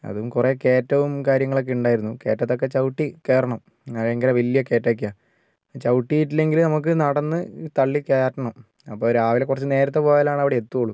അതും കുറെ കേറ്റവും കാര്യങ്ങളൊക്കെ ഉണ്ടായിരുന്നു കേറ്റത്തൊക്കെ ചവുട്ടി കേറണം ഭയങ്കര വലിയ കേറ്റമൊക്കെയാ ചവുട്ടിയിട്ട് ഇല്ലെങ്കിൽ നമുക്ക് നപ്പോൾ രാവിലെ കുറച്ചു നേരത്തെ പോയാലാണ് അവിടെ എത്തുകയുള്ളൂ